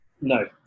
no